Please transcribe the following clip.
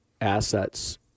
assets